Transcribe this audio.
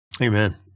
Amen